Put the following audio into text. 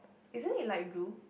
isn't it light blue